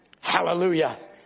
Hallelujah